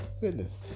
goodness